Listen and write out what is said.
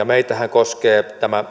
meitähän koskee tämä